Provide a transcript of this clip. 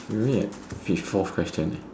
we only at fifth fourth question eh